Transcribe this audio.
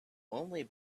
only